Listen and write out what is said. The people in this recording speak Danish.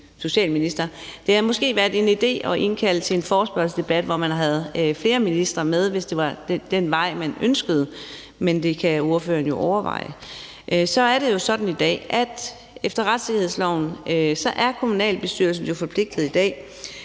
Det havde måske været en idé at indkalde til en forespørgselsdebat, hvor man havde flere ministre med, hvis det var den vej, man ønskede at gå, men det kan ordføreren jo overveje. Så er det jo sådan i dag, at efter retssikkerhedsloven er kommunalbestyrelsen i dag jo forpligtet til at